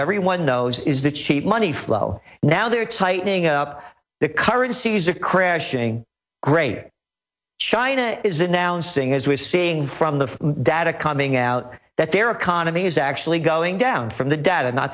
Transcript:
everyone knows is the cheap money flow now they're tightening up the currencies are crashing greater china is announcing as we're seeing from the data coming out that their economy is actually going down from the data not